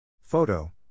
Photo